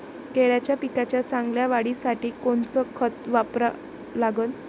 केळाच्या पिकाच्या चांगल्या वाढीसाठी कोनचं खत वापरा लागन?